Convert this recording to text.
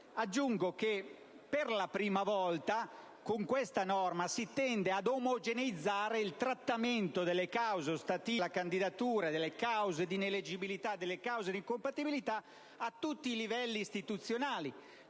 Aggiungo che, per la prima volta, con questa normativa si tende ad omogeneizzare il trattamento delle cause ostative alla candidatura, delle cause di ineleggibilità e di incompatibilità a tutti i livelli istituzionali.